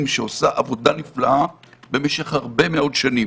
שעושה עבודה נפלאה במשך הרבה מאוד שנים.